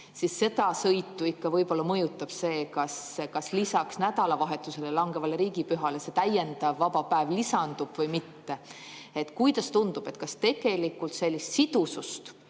siis seda sõitu ikka võib-olla mõjutab see, kas lisaks nädalavahetusele langevale riigipühale täiendav vaba päev lisandub või mitte. Kuidas tundub, kas sellist sidusust,